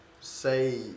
say